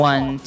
One